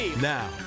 Now